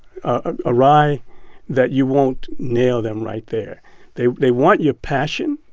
ah awry that you won't nail them right there they they want your passion,